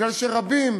מפני שרבים